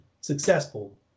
successful